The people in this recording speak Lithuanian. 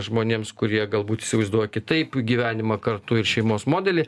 žmonėms kurie galbūt įsivaizduoja kitaip gyvenimą kartu ir šeimos modelį